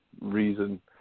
reason